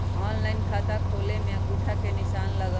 Online खाता खोले में अंगूठा के निशान लगहई?